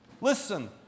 Listen